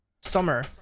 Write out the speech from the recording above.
Summer